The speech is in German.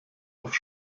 auf